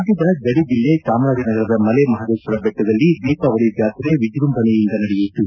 ರಾಜ್ಯದ ಗಡಿ ಜಿಲ್ಲೆ ಚಾಮರಾಜನಗರದ ಮಲೆ ಮಹದೇಶ್ವರ ಬೆಟ್ಟದಲ್ಲಿ ದೀಪಾವಳಿ ಜಾತ್ರೆ ವಿಜೃಂಭಣೆಯಿಂದ ನಡೆಯಿತು